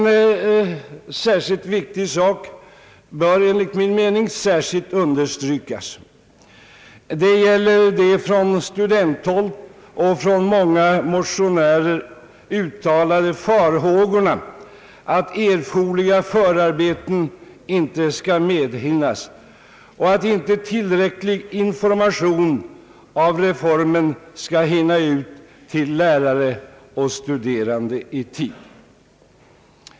En viktig sak bör enligt min mening särskilt understrykas. Den gäller de från studenthåll och från många motionärer uttalade farhågorna att erforderliga förarbeten inte skall medhinnas och att inte tillräcklig information om reformen skall hinna ut till lärare och studerande i tid.